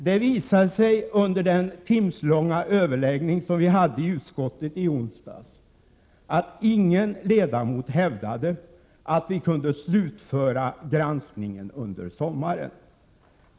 Det visade sig under den timslånga överläggning som vi hade i utskottet i onsdags att ingen ledamot hävdade att vi kunde slutföra granskningen under sommaren.